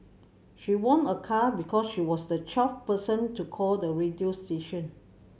she won a car because she was the twelfth person to call the radio station